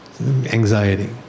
anxiety